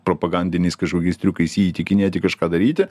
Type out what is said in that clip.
propagandiniais kažkokiais triukais jį įtikinėti kažką daryti